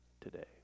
today